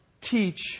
teach